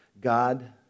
God